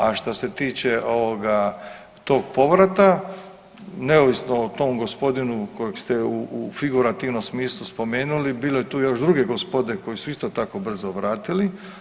A što se tiče tog povrata neovisno o tom gospodinu kojeg ste u figurativnom smislu spomenuli bilo je tu još druge gospode koji su isto tako brzo vratili.